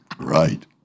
right